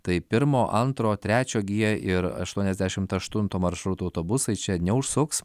tai pirmo antro trečio g ir aštuoniasdešimt aštunto maršruto autobusai čia neužsuks